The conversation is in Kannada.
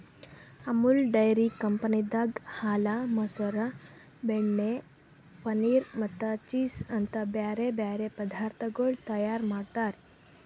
ಅಮುಲ್ ಡೈರಿ ಕಂಪನಿದಾಗ್ ಹಾಲ, ಮೊಸರ, ಬೆಣ್ಣೆ, ಪನೀರ್ ಮತ್ತ ಚೀಸ್ ಅಂತ್ ಬ್ಯಾರೆ ಬ್ಯಾರೆ ಪದಾರ್ಥಗೊಳ್ ತೈಯಾರ್ ಮಾಡ್ತಾರ್